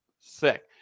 sick